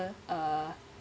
uh